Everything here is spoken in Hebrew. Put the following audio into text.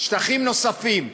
שטחים נוספים.